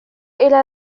إلى